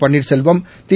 Panneerselvam தி